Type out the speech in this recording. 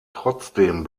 trotzdem